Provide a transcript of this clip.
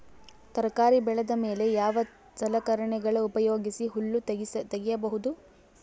ತರಕಾರಿ ಬೆಳದ ಮೇಲೆ ಯಾವ ಸಲಕರಣೆಗಳ ಉಪಯೋಗಿಸಿ ಹುಲ್ಲ ತಗಿಬಹುದು?